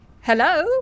Hello